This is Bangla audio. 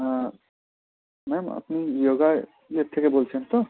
হ্যাঁ না না আপনি ইয়োগার ইয়ের থেকে বলছেন তো